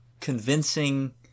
convincing